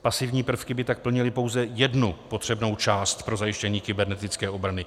Pasivní prvky by tak plnily pouze jednu potřebnou část pro zajištění kybernetické obrany.